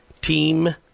Team